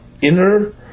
inner